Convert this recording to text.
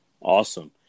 Awesome